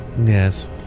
Yes